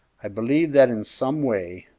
i believe that in some way,